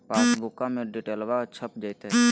पासबुका में डिटेल्बा छप जयते?